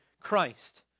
Christ